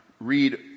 read